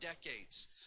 decades